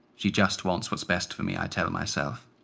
she just wants what's best for me, i tell myself.